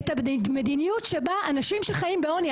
את המדיניות שבה אנשים שחיים בעוני,